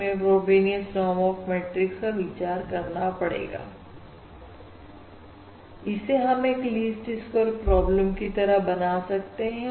हमें Frobenius norm of matrix का विचार करना पड़ेगा इसे हम एक लीस्ट स्क्वेयर प्रॉब्लम की तरह बना सकते हैं